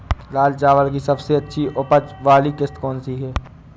लाल चावल की सबसे अच्छी उपज वाली किश्त कौन सी है?